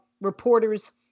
reporters